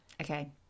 Okay